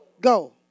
go